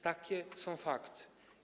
Takie są fakty.